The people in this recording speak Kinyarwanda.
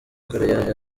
koreya